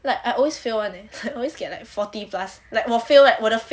like I always fail [one] leh I always get like forty plus like 我 fail right 我的 fail